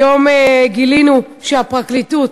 היום גילינו שהפרקליטות